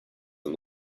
and